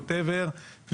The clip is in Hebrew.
whatever ,